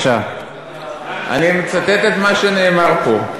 אני מצטט את מה שנאמר פה: